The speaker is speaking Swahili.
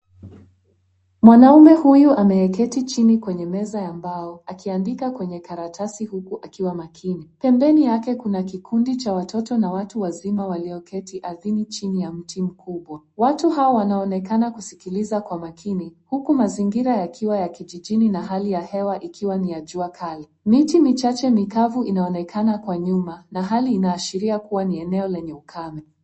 Mwanaume huyu ameketi chini kwenye meza ya mbao akiandika kwenye karatasi huku akiwa makini. Pembeni yake kuna kikundi cha watoto na watu wazima walioketi ardhini chini ya mti mkubwa. Watu hao wanaonekana kusikiliza kwa makini huku mazingira yakiwa ya kijijini na hali ya hewa ikiwa ni ya jua kali. Miti michache mikavu inaonekana kwa nyuma na hali inaashiria kuwa ni eneo lenye ukame.